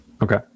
Okay